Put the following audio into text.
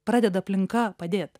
pradeda aplinka padėt